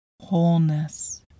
Wholeness